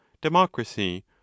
democracy